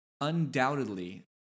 undoubtedly